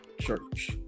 church